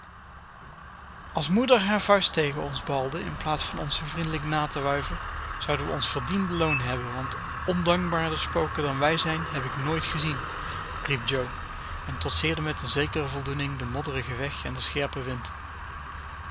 als moeder haar vuist tegen ons balde in plaats van ons zoo vriendelijk na te wuiven zouden we ons verdiende loon hebben want ondankbaarder spoken dan wij zijn heb ik nooit gezien riep jo en trotseerde met een zekere voldoening den modderigen weg en den scherpen wind